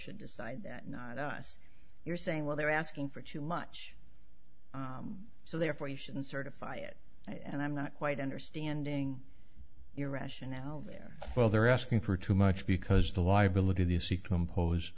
should decide that not us you're saying well they're asking for too much so therefore you shouldn't certify it and i'm not quite understanding your rationale there well they're asking for too much because the liability